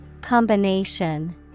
Combination